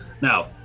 Now